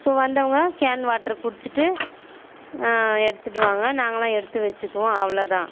இப்போ வந்தவங்க கேன் வாட்ரை குடிச்சிட்டு எடுத்துடுவாங்க நாங்களும் எடுத்து வச்சுக்குவோம் அவ்வளோ தான்